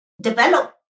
develop